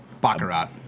baccarat